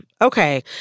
okay